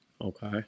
Okay